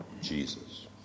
Jesus